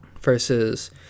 Versus